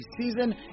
season